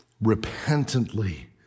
repentantly